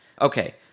Okay